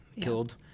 killed